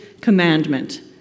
commandment